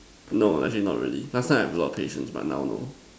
no as in not really last time I have a lot of patience but now no